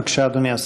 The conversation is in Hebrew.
בבקשה, אדוני השר.